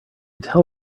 tell